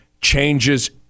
changes